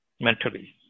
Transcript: mentally